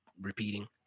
repeating